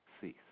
cease